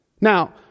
Now